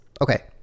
Okay